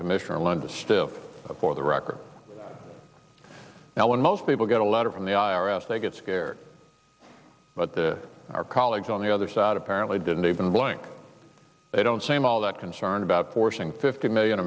commissioner linda still for the record now when most people get a letter from the i r s they get scared but the our colleagues on the other side apparently didn't even blink they don't seem all that concerned about forcing fifty million